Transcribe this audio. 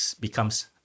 becomes